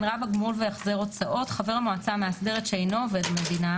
גמול והחזר הוצאות 8ז. "חבר המועצה המאסדרת שאינו עובד המדינה,